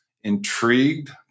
intrigued